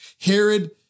Herod